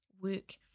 work